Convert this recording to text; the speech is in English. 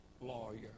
lawyer